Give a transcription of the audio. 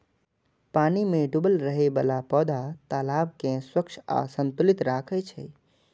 पानि मे डूबल रहै बला पौधा तालाब कें स्वच्छ आ संतुलित राखै छै